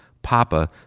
Papa